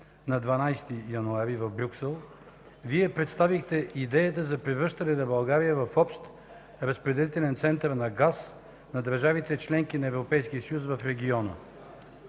и оживление в ГЕРБ) Вие представихте идеята за превръщане на България в общ разпределителен център на газ на държавите – членки на Европейския съюз в региона.